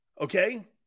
Okay